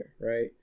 right